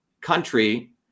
country